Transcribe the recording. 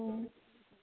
ꯑꯣ